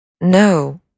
No